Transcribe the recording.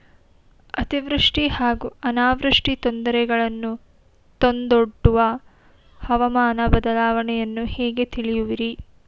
ಅತಿವೃಷ್ಟಿ ಹಾಗೂ ಅನಾವೃಷ್ಟಿ ತೊಂದರೆಗಳನ್ನು ತಂದೊಡ್ಡುವ ಹವಾಮಾನ ಬದಲಾವಣೆಯನ್ನು ಹೇಗೆ ತಿಳಿಯುವಿರಿ?